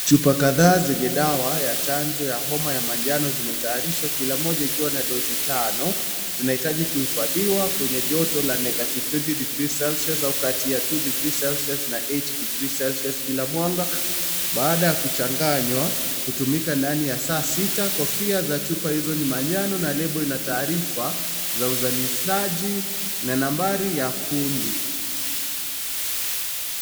Chupa kadhaa zenye dawa ya chanjo ya homa ya manjano zimetayarishwa kila moja ikiwa na dosi tana zinahitaji kuhifadhiwa kwenye joto la -20 degrees celcious au kati ya [ two degee celcious na eight degree celcious vina mwanga, baada ya kuchanganywa hutumika ndani ya saa sita, kofia za chupa hizo ni manjano na lebo ina taarifa za uzalishaji na nambari ya kundi.